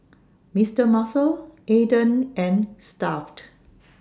Mister Muscle Aden and Stuff'd